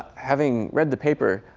having read the paper,